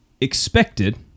expected